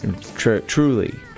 Truly